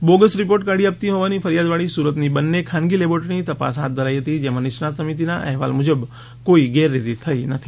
bogus report કાઢી આપતી હોવાની ફરિયાદવાળી સુરતની બંને ખાનગી લેબોરેટરીની તપાસ હાથ ધરાઈ હતી જેમાં નિષ્ણાત સમિતિના અહેવાલ મુજબ કોઇ ગેરરીતિ થઈ નથી